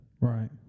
Right